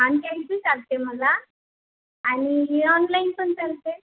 आणि कॅश बी चालते मला आणि ऑनलाईन पण चालते